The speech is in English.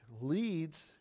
leads